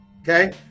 okay